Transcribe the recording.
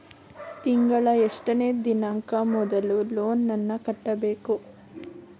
ತಿಂಗಳ ಎಷ್ಟನೇ ದಿನಾಂಕ ಮೊದಲು ಲೋನ್ ನನ್ನ ಕಟ್ಟಬೇಕು?